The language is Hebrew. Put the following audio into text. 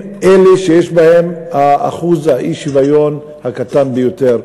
הן אלה שיש בהן אחוז האי-שוויון הקטן ביותר,